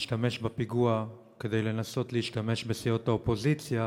להשתמש בפיגוע כדי לנסות להשתמש בסיעות האופוזיציה